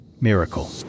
miracle